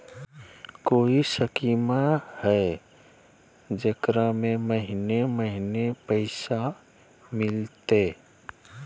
कोइ स्कीमा हय, जेकरा में महीने महीने पैसा मिलते?